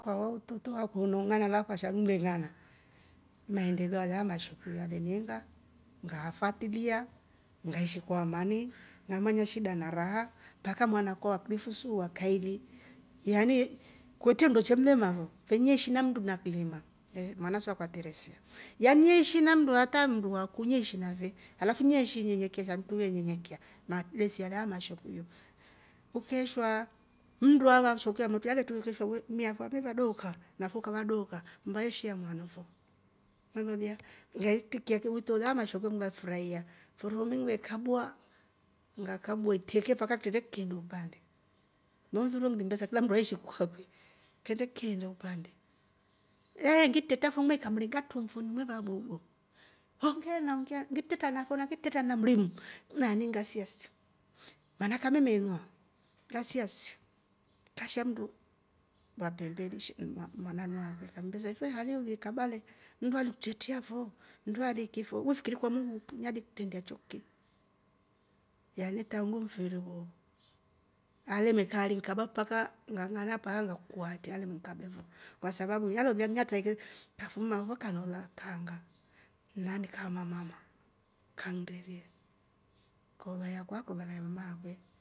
Utoto wakwa ulong'ana wakwa shandu uleng'ana ni maendeleo alya ya shekuyo aleniinga ngaafatilia ngaishi kwaa amani ngamanya shida na raha, mpaka mwanakwa wa aklifu su wakaili yani kwetre nndo che mlema fo fe neeshi na mmndu nakilema mwanakwa su akwa teresia yaani neeshi na mmndu hata mndu waaku neeshi nafe, alafu neeshi inyenyekia shandu truvee nyenyekia shandu truvee nyenyekia na makbesi alaya yama shekuyo, ukeeshwaa mndu ava shekuyo amotru ale truekesha mmi afo amevaa dooka nafe ukava dooka mmba shi ya mwanu fo umelolya ngaitikia wito ulya wamashekuyo nlafurahiya, mfiri umu nlekabwa ngakabwa iteke mpaka kitrende kikeenda upande ilo mfiri ngile mmbesa kila mmdu eeshi kwakwe, kitrende kikeenda upande ngitretafo ngimekya mringa trumbuni neva bubu, ongea ongea na ongea ngitreata nafe ngitreta na mrimu naani ngasia si maana ake amemenwa, ngasia si kasha mmndu wa pembeni sha mwananu akwe kammbesa ife hali ulikaba le mmndu alikutretia fo, mnndu aliiki fo we fikiri kwa muungu nalikutretndea choiki naani tangu mfiri wo alemekaari nkaba mpaka ngang'ana mpaka ngakua atri alemeka hatri alemenkabe fo, kwa sababu nalolya natraike kafuma oh kaneoola kanga "nani kama mama" kanndelie koola yakwa koola na mamaa akwe